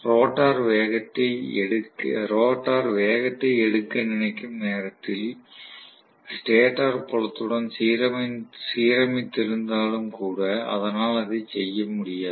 rotor வேகத்தை எடுக்க நினைக்கும் நேரத்தில் ஸ்டேட்டர் புலத்துடன் சீரமைத்திருந்தாலும் கூட அதனால் அதை செய்ய முடியாது